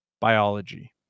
Biology